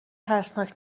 ترسناک